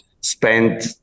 Spent